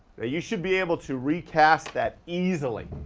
you should be able to recast that easily,